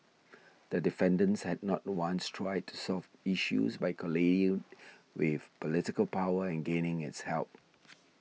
the defendants have not once tried to solve issues by with political power and gaining its help